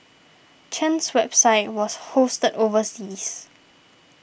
Chen's website was hosted overseas